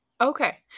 Okay